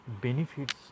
benefits